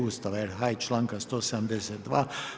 Ustava RH i članka 172.